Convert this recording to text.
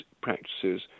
practices